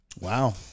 Wow